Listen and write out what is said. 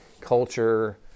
culture